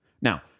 Now